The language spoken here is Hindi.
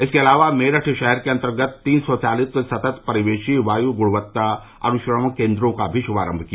इसके अलावा मेरठ शहर के अन्तर्गत तीन स्वचालित सतत परिवेशीय वायु गुणवत्ता अनुश्रवण केन्द्रों का भी शुभारम्भ किया